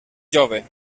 jove